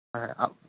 হয় আঁ